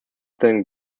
thin